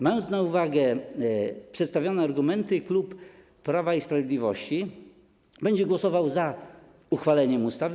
Mając na uwadze przedstawione argumenty, klub Prawa i Sprawiedliwości będzie głosował za uchwaleniem ustawy.